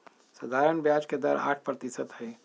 सधारण ब्याज के दर आठ परतिशत हई